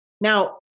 Now